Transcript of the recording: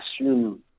assume